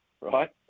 right